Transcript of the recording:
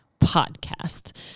podcast